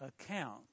account